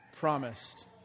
promised